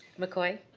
mccoy?